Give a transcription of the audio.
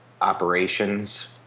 operations